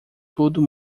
tudo